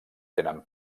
tenen